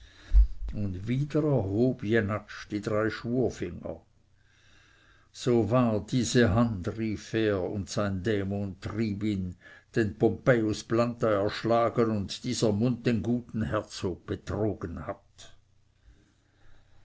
jenatsch die drei schwurfinger so wahr diese hand rief er und sein dämon trieb ihn den pompejus planta erschlagen und dieser mund den guten herzog betrogen hat